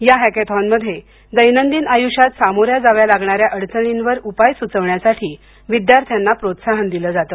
या हॅकेथॉनमध्ये दैनंदिन आयुष्यात सामोऱ्या जाव्या लागणाऱ्या अडचणींवर उपाय सुचवण्यासाठी विद्यार्थ्यांना प्रोत्साहन दिलं जातं